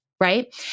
Right